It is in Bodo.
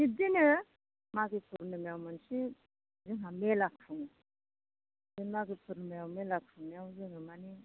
बिदिनो मागो पुर्निमायाव मोनसे जोंहा मेला खुङो बे मागो पुर्निमायाव मेला खुंनायाव जोङो माने